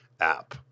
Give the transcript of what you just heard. app